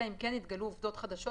אלא אם כן התגלו עובדות חדשות,